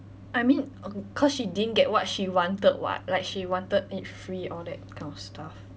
I mean o~ cause she didn't get what she wanted [what] like she wanted it free all that kind of stuff